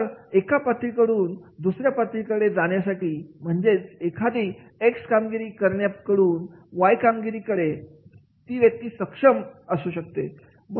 तर एका पातळी कडून ुसर्या पातळीकडे जाण्यासाठी म्हणजेच एखादी एक्स कामगिरी करण्या कडून वाय कामगिरी करण्याकडे ती व्यक्ती सक्षम असू शकते